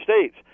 States